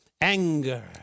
anger